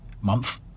month